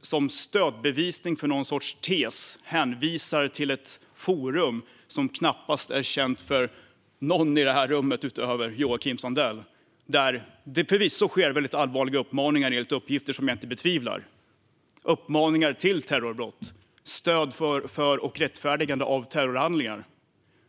Som stödbevisning för någon sorts tes hänvisar han till ett forum som knappast är känt för någon i det här rummet utöver Joakim Sandell. Förvisso sker där väldigt allvarliga uppmaningar, enligt uppgifter som jag inte betvivlar. Det är uppmaningar till terrorbrott och stöd för och rättfärdigande av terrorhandlingar.